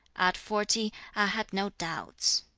at forty, i had no doubts.